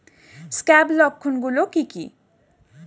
Scab লক্ষণ গুলো কি কি?